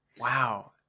Wow